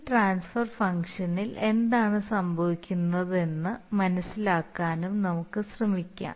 ഈ ട്രാൻസ്ഫർ ഫംഗ്ഷനിൽ എന്താണ് സംഭവിക്കുന്നതെന്ന് മനസിലാക്കാനും നമുക്ക് ശ്രമിക്കാം